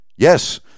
Yes